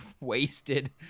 wasted